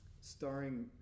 Starring